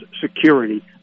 security